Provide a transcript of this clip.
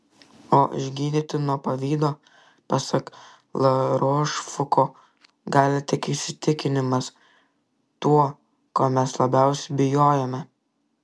o išgydyti nuo pavydo pasak larošfuko gali tik įsitikinimas tuo ko mes labiausiai bijojome